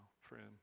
Friend